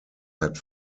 had